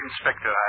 Inspector